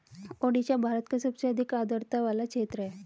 ओडिशा भारत का सबसे अधिक आद्रता वाला क्षेत्र है